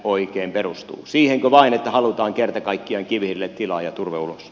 sii henkö vain että halutaan kerta kaikkiaan kivihiilelle tilaa ja turve ulos